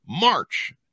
March